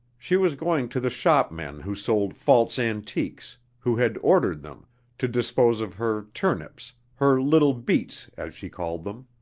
she was going to the shopman who sold false antiques who had ordered them to dispose of her turnips, her little beets as she called them.